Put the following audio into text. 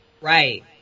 right